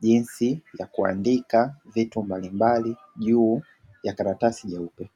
jinsi ya kuandika vitu mbalimbali juu ya karatasi nyeupe.